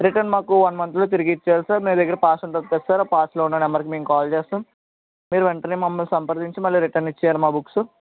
return మాకు one మంత్లో తిరిగి ఇచ్చేయాలి సార్ మీ దగ్గర పాస్ ఉంటుంది కదా సార్ ఆ పాస్లో ఉన్న నంబర్కి మేము కాల్ చేస్తాం మీరు వెంటనే మమ్మల్ని సంప్రదించి మళ్ళీ రిటర్న్ ఇచ్చేయాలి మా బుక్సు